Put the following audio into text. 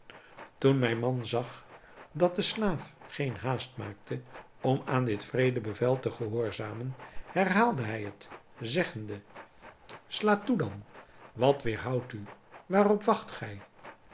toen mijn man zag dat de slaaf geen haast maakte om aan dit wreede bevel te gehoorzamen herhaalde hij het zeggende sla toe dan wat weêrhoud u waarop wacht gij